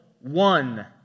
one